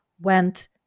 went